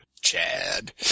Chad